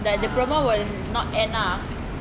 like the promo will not end lah